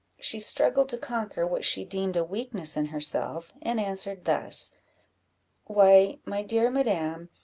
she struggled to conquer what she deemed a weakness in herself, and answered thus why, my dear madam,